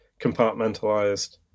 compartmentalized